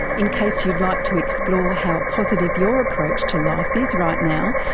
in case you'd like to explore how positive your approach to life is right now,